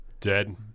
dead